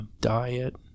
diet